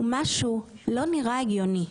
ומשהו לא נראה הגיוני.